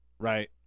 Right